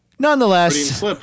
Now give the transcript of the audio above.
Nonetheless